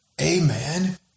Amen